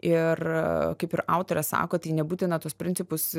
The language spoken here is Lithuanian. ir kaip ir autorė sako tai nebūtina tuos principus